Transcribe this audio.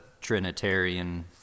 Trinitarian